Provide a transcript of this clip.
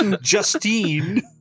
Justine